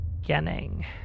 beginning